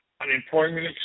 unemployment